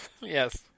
yes